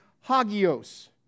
hagios